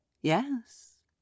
Yes